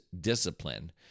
discipline